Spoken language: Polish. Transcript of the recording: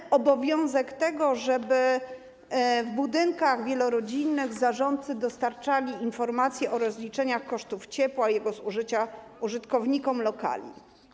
Jest obowiązek, żeby w budynkach wielorodzinnych zarządcy dostarczali informacje o rozliczeniach kosztów ciepła i jego zużycia użytkownikom lokali.